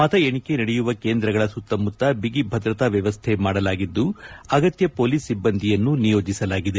ಮತ ಎಣಿಕೆ ನಡೆಯುವ ಕೇಂದ್ರಗಳ ಸುತ್ತಮುತ್ತ ಬಿಗಿ ಭದ್ರತಾ ವ್ಯವಸ್ಥೆ ಮಾಡಲಾಗಿದ್ದು ಅಗತ್ಯ ಪೊಲೀಸ್ ಸಿಬ್ಲಂದಿಯನ್ನು ನಿಯೋಜಿಸಲಾಗಿದೆ